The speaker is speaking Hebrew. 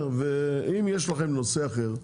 ואם יש לכם נושא אחר,